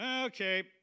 okay